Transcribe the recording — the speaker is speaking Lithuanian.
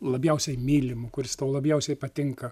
labiausiai mylimu kuris tau labiausiai patinka